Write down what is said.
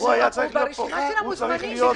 הוא ברשימה של המוזמנים.